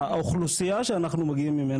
האוכלוסייה שאנחנו מגיעים ממנה,